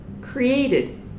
created